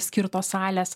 skirtos salės